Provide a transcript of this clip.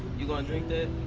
you gonna drink that?